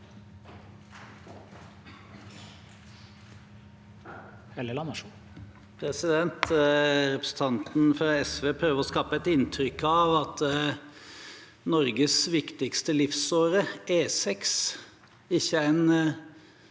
Representanten fra SV prøver å skape et inntrykk av at Norges viktigste livsåre, E6, ikke er en